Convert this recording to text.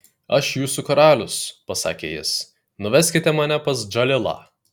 aš jūsų karalius pasakė jis nuveskite mane pas džalilą